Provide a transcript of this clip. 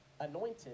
anointed